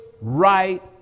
Right